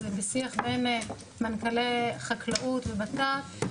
אז זה בשיח בין מנכ"לי חקלאות ובט"פ.